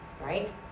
right